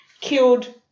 killed